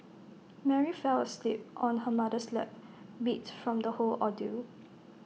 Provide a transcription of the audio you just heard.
Mary fell asleep on her mother's lap beat from the whole ordeal